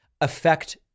affect